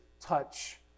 touch